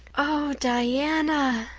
oh, diana,